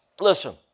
listen